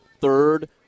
third